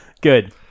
Good